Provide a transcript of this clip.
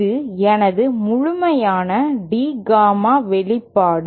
இது எனது முழுமையான D காமா வெளிப்பாடு